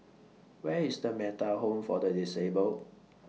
Where IS The Metta Home For The Disabled